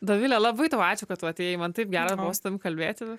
dovilė labai tau ačiū kad tu atėjai man taip gera buvo su tavim kalbėti